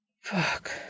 Fuck